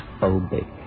phobic